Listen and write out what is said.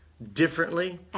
differently